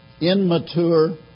immature